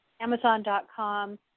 Amazon.com